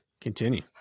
continue